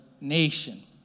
nation